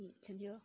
can hear